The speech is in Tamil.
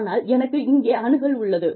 ஆனால் எனக்கு இங்கே அணுகல் உள்ளது